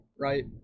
right